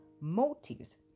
motives